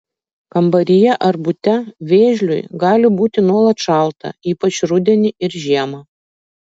kambaryje ar bute vėžliui gali būti nuolat šalta ypač rudenį ir žiemą